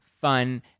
fun